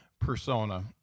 persona